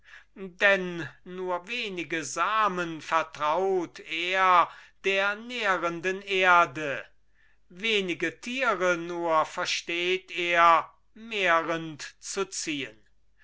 denn nur wenige samen vertraut er der nährenden erde wenige tiere nur versteht er mehrend zu ziehen